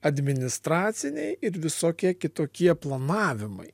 administraciniai ir visokie kitokie planavimai